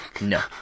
no